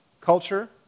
culture